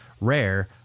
Rare